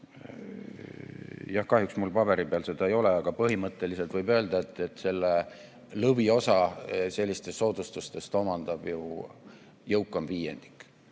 üles. Kahjuks mul paberi peal seda ei ole, aga põhimõtteliselt võib öelda, et lõviosa sellistest soodustustest omandab jõukam viiendik.